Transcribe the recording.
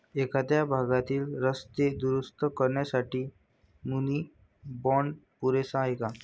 एखाद्या भागातील रस्ते दुरुस्त करण्यासाठी मुनी बाँड पुरेसा आहे का?